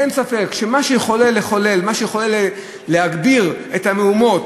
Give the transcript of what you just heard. אין ספק שמה שיכול להגביר את המהומות